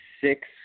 six